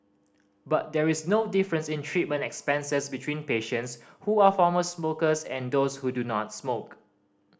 but there is no difference in treatment expenses between patients who are former smokers and those who do not smoke